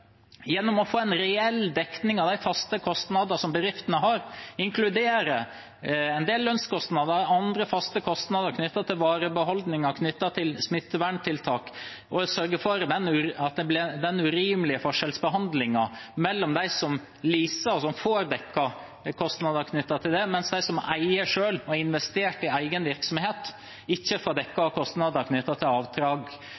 gjennom å få en reell dekning av de faste kostnadene bedriftene har, inkludere en del lønnskostnader og andre faste kostnader knyttet til varebeholdning og smitteverntiltak og sørge for å ta tak i den urimelige forskjellsbehandlingen der de som leaser, får dekket kostnader knyttet til det, mens de som eier selv og har investert i egen virksomhet, ikke får